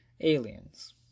aliens